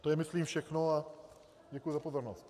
To je myslím všechno a děkuji za pozornost.